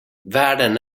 världen